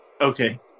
okay